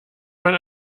man